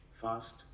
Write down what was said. Fast